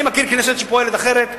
אני מכיר כנסת שפועלת אחרת,